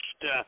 death